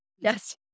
yes